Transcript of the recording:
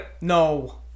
No